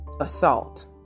assault